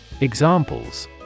Examples